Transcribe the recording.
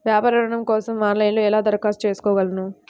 వ్యాపార ఋణం కోసం ఆన్లైన్లో ఎలా దరఖాస్తు చేసుకోగలను?